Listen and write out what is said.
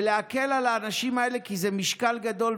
ולהקל על האנשים האלה, כי זה משקל גדול.